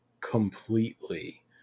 completely